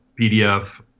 PDF